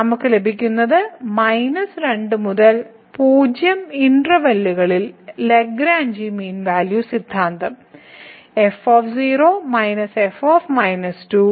നമുക്ക് ലഭിക്കുന്നത് 2 മുതൽ 0 ഇന്റർവെല്ലുകളിൽ ലഗ്രാഞ്ചി മീൻ വാല്യൂ സിദ്ധാന്തം ഓപ്പൺ ഇന്റർവെൽ 2 മുതൽ 0 വരെ ചില c1 നിലനിൽക്കുന്നതിന് തുല്യമാണ് അതിനാൽ ഈ മൂല്യം ആ ഘട്ടത്തിൽ c1 ലെ ഡെറിവേറ്റീവിന് തുല്യമായിരിക്കും